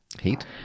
Heat